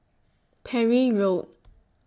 Parry Road